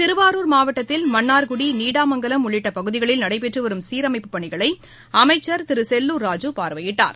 திருவாரூர் மாவட்டத்தில் மன்னா்குடி நீடாமங்கலம் உள்ளிட்டப் பகுதிகளில் நடைபெற்றுவரும் சீரமைப்புப் பணிகளைஅமைச்சா் திருகெல்லுா் ராஜு பார்வையிட்டார்